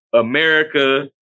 America